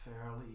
fairly